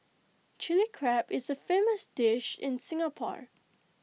Chilli Crab is A famous dish in Singapore